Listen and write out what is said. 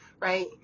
right